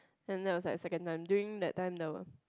then that was like second time during that time the